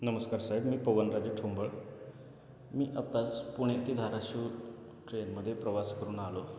नमस्कार साहेब मी पवनराजे ठोंबळ मी आत्ताच पुणे ते धाराशिव ट्रेनमध्ये प्रवास करून आलो